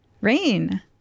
Rain